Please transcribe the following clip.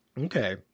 Okay